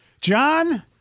John –